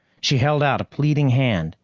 she held out a pleading hand,